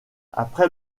après